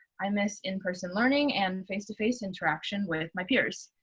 i miss in person learning and face to face interaction with my peers.